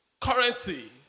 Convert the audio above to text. currency